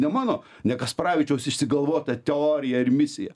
ne mano ne kasparavičiaus išsigalvota teorija ar misija